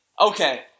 Okay